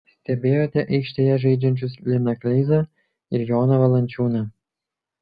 stebėjote aikštėje žaidžiančius liną kleizą ir joną valančiūną